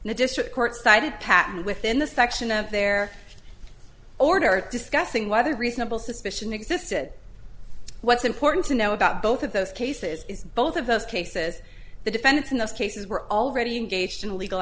and the district court sided patent within the section of their order discussing whether reasonable suspicion existed what's important to know about both of those cases is both of those cases the defendants in those cases were already engaged in illegal